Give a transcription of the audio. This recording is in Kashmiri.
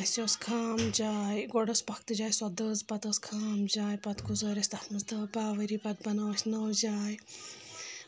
اَسہِ اوس خام جاے گۄڈٕ ٲس پوٚختہٕ جاے سۄ دٔز پتہٕ ٲس خام جاے پَتہٕ گُزٲرۍ اَسہِ تَتھ منٛز دَہ باہ ؤری پَتہٕ بَنٲوو اَسہِ نٔو جاے